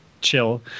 chill